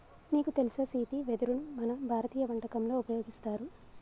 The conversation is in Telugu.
నీకు తెలుసా సీతి వెదరును మన భారతీయ వంటకంలో ఉపయోగిస్తారు